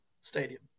Stadium